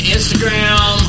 Instagram